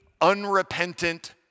unrepentant